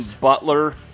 Butler